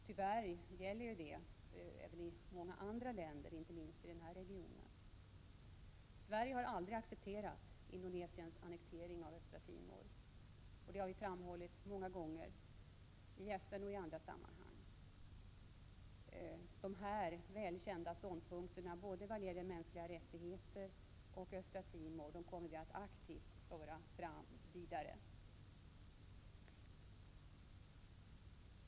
Tyvärr gäller det även i många andra länder, inte minst i denna region. Sverige har aldrig accepterat Indonesiens annektering av Östra Timor. Det har vi framhållit många gånger, i FN och i andra sammanhang. De här välkända ståndpunkterna, både vad gäller mänskliga rättigheter och vad gäller Östra Timor, kommer vi att aktivt föra fram i fortsättningen.